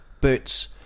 boots